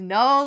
no